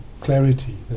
clarity